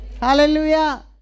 Hallelujah